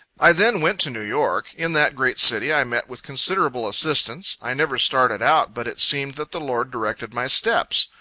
i then went to new york. in that great city, i met with considerable assistance. i never started out, but it seemed that the lord directed my steps.